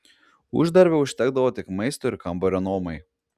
uždarbio užtekdavo tik maistui ir kambario nuomai